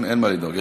אין מה לדאוג.